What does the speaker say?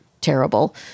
terrible